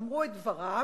אמרו את דברם.